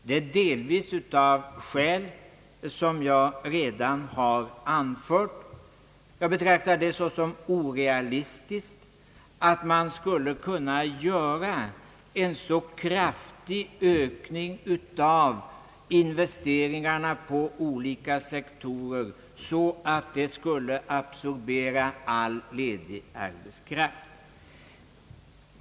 Det beror delvis på skäl som jag redan har anfört. Jag betraktar det såsom orealistiskt att man skulle kunna göra en så kraftig ökning av investeringarna på olika sektorer att därigenom all ledig arbetskraft skulle absorberas.